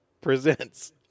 Presents